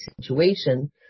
situation